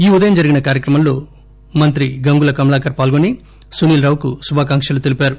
ఈ ఉదయం జరిగిన కార్యక్రమంలో మంత్రి గంగుల కమలాకర్ పాల్గొని సునీల్ రావుకు శుభాకాంక్షలు తెలిపారు